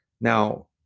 Now